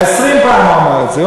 20 פעם אמר את זה.